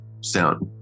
sound